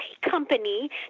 company